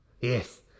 Yes